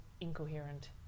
incoherent